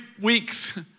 weeks